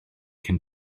cyn